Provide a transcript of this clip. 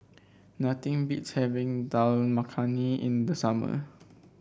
nothing beats having Dal Makhani in the summer